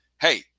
Hey